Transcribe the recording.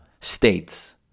states